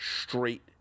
straight